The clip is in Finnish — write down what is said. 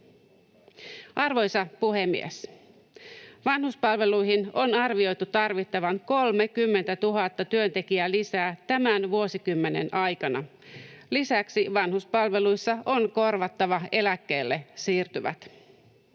Arvoisa puhemies! Vanhuspalveluihin on arvioitu tarvittavan 30 000 työntekijää lisää tämän vuosikymmenen aikana. Lisäksi vanhuspalveluissa on korvattava eläkkeelle siirtyvät.